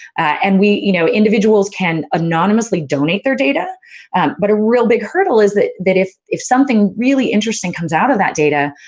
and, we, you know, individuals can anonymously donate their data but a really big hurdle is that that if if something really interesting interesting comes out of that data,